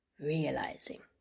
realizing